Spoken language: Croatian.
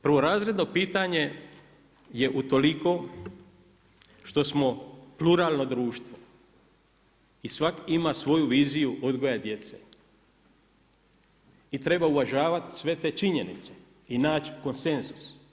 Prvorazredno pitanje je utoliko što smo pluralno društvo i svatko ima svoju viziju odgoja djece i treba uvažavati sve te činjenice i naći konsenzus.